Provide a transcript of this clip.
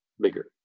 bigger